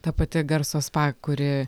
ta pati garso spa kuri